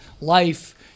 life